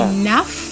enough